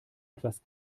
etwas